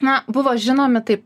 na buvo žinomi taip